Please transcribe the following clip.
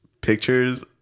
pictures